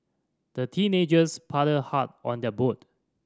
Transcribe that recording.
the teenagers paddled hard on their boat